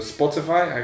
Spotify